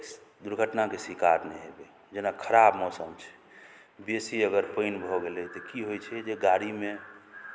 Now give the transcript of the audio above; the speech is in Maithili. दुर्घटनाके शिकार नहि हेबै जेना खराब मौसम छै बेसी अगर पानि भऽ गेलै तऽ की होइ छै जे गाड़ीमे